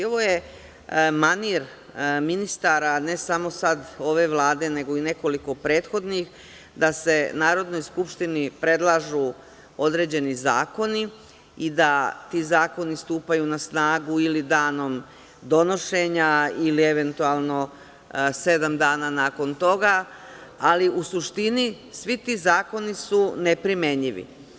Ovo je manir ministara ne samo sad ove Vlade, nego i nekoliko prethodnih, da se Narodnoj skupštini predlažu određeni zakoni i da ti zakoni stupaju na snagu ili danom donošenja ili eventualno sedam dana nakon toga, ali u suštini, svi ti zakoni su neprimenjivi.